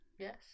yes